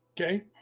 Okay